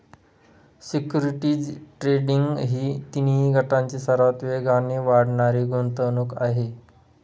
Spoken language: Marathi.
सिक्युरिटीज ट्रेडिंग ही तिन्ही गटांची सर्वात वेगाने वाढणारी गुंतवणूक आहे